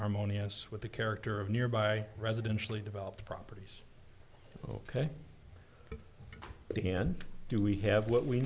harmonious with the character of nearby residentially developed properties ok dan do we have what we